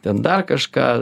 ten dar kažką